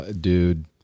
Dude